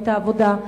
את העבודה,